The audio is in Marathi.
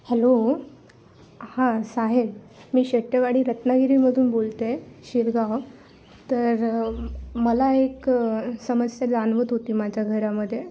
हॅलो हां साहेब मी शेट्येवाडी रत्नागिरीमधून बोलते शिरगाव तर मला एक समस्या जाणवत होती माझ्या घरामध्ये